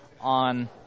on